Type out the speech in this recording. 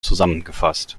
zusammengefasst